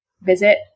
Visit